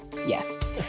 Yes